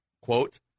Quote